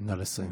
נא לסיים.